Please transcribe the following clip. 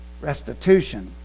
restitution